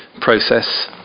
process